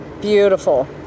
beautiful